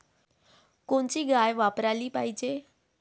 कोनची गाय वापराली पाहिजे?